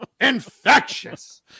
Infectious